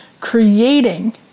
creating